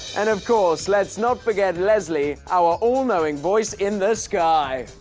and of course let's not forget leslie, our all-knowing voice in the sky.